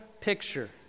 picture